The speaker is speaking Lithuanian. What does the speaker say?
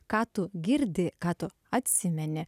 ką tu girdi ką tu atsimeni